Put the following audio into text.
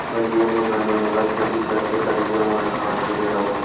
अंधिया म घलो नंगत खेती करथे करइया मन ह आज के बेरा म